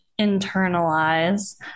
internalize